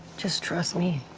just trust me.